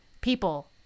people